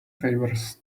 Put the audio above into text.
favours